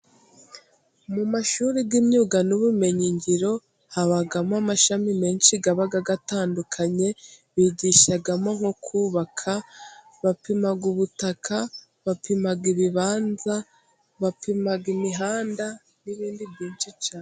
Mu mashuri y’imyuga n'ubumenyingiro， habamo amashami menshi，aba atandukanye， bigishamo nko kubaka， bapima ubutaka，bapima ibibanza， bapima imihanda n'ibindi byinshi cyane.